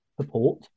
support